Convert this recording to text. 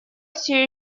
все